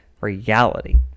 reality